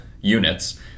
units